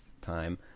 time